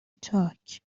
چاک